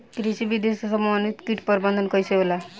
कृषि विधि से समन्वित कीट प्रबंधन कइसे होला?